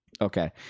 okay